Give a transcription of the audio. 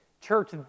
Church